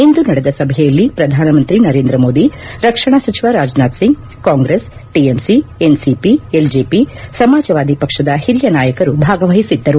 ಇಂದು ನಡೆದ ಸಭೆಯಲ್ಲಿ ಪ್ರಧಾನಮಂತ್ರಿ ನರೇಂದ್ರ ಮೋದಿ ರಕ್ಷಣಾ ಸಚಿವ Rajnath Singh Congress TMC NCP LJP Samajwadi ಪಕ್ಷದ ಹಿರಿಯ ನಾಯಕರು ಭಾಗವಹಿಸಿದ್ದರು